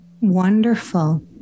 Wonderful